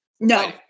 No